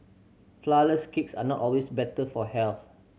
flourless cakes are not always better for health